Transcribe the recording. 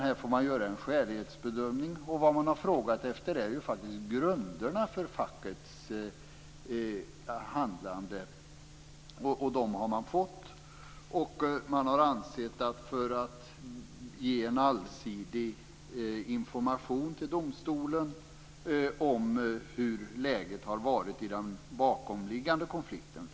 Här får man göra en skälighetsbedömning. Vad man har frågat efter är grunderna för fackets handlande - och de har man fått - för att ge en allsidig information till domstolen om hur läget har varit i den bakomliggande konflikten.